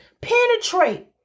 penetrate